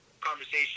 Conversation